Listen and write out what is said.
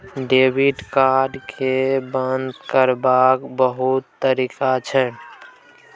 debit card केँ बंद करबाक बहुत तरीका छै